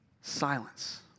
Silence